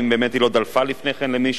אם באמת היא לא דלפה לפני כן למישהו.